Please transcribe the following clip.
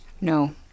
No